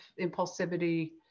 impulsivity